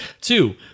Two